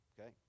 okay